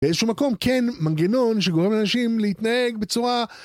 באיזשהו מקום כן מנגנון שגורם לאנשים להתנהג בצורה